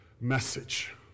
message